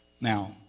Now